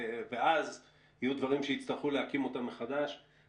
ואז יהיו דברים שיצטרכו להקים אותם מחדש.